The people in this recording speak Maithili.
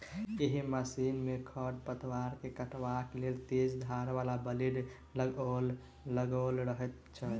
एहि मशीन मे खढ़ पतवार के काटबाक लेल तेज धार बला ब्लेड लगाओल रहैत छै